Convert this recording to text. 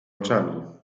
oczami